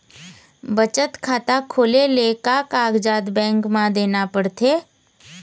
बचत खाता खोले ले का कागजात बैंक म देना पड़थे?